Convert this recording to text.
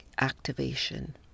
activation